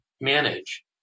manage